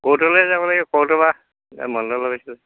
ক'ৰ্টলৈ যাব লাগিব ক'ৰ্টৰপৰা এই মণ্ডল অফিচত